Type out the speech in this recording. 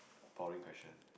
boring question